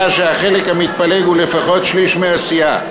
היה שהחלק המתפלג הוא לפחות שליש מהסיעה.